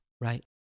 right